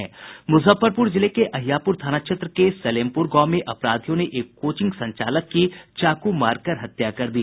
मुजफ्फरपुर जिले के अहियापुर थाना क्षेत्र के सलेमपुर गांव में अपराधियों ने एक कोचिंग संचालक की चाकू मारकर हत्या कर दी